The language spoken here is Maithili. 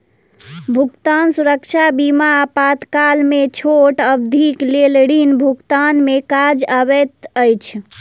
भुगतान सुरक्षा बीमा आपातकाल में छोट अवधिक लेल ऋण भुगतान में काज अबैत अछि